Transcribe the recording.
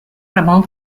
ramón